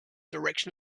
direction